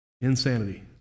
Insanity